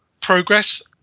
progress